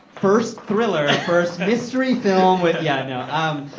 first thriller, first mystery film with yeah, no. um